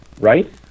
Right